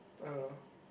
I don't know